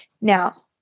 Now